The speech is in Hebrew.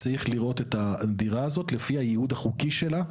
צריך לראות את הדירה הזאת לפי הייעוד החוקי שלה,